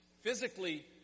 Physically